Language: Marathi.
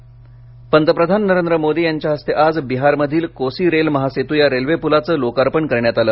मोदी बिहार प्रकल्प पंतप्रधान नरेंद्र मोदी यांच्या हस्ते आज बिहारमधील कोसी रेल महासेतू या रेल्वे पुलाचं लोकार्पण करण्यात आलं